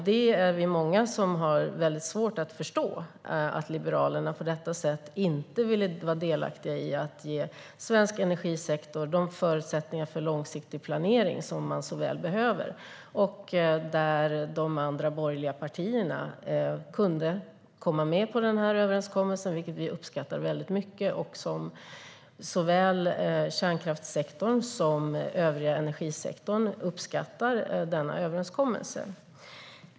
Vi är många som har väldigt svårt att förstå att Liberalerna inte ville vara delaktiga i att ge svensk energisektor de förutsättningar för långsiktig planering som man så väl behöver. Övriga borgerliga partier var med på överenskommelsen, vilket vi uppskattar väldigt mycket. Såväl kärnkraftssektorn som övriga energisektorn uppskattar denna överenskommelse.